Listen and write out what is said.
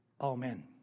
Amen